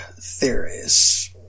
theories